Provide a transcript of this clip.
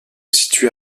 situe